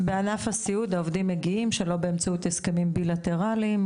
בענף הסיעוד העובדים מגיעים שלא באמצעות הסכמים בילטרליים,